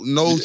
no